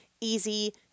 easy